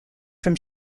from